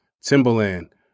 Timberland